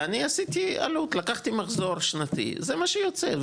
ואני עשיתי עלות לקחתי מחזור שנתי זה מה שיוצא,